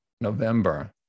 November